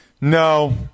No